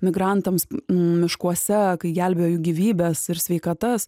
migrantams miškuose kai gelbėjo jų gyvybes ir sveikatas